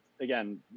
again